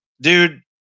dude